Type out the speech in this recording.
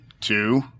Two